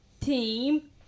team